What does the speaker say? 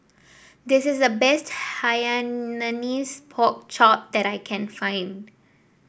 this is the best Hainanese Pork Chop that I can find